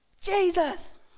Jesus